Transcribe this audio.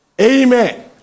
amen